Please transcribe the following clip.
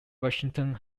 washington